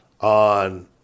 on